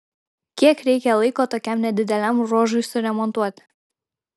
kiek reikia laiko tokiam nedideliam ruožui suremontuoti